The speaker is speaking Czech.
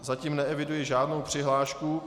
Zatím neeviduji žádnou přihlášku.